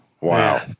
Wow